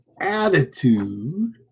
attitude